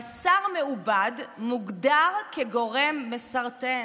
בשר מעובד מוגדר כגורם מסרטן.